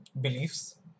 beliefs